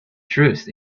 truth